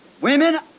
Women